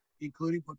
including